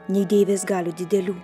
nei deivės galių didelių